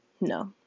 No